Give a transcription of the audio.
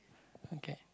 okay